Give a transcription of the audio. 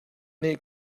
nih